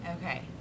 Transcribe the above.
Okay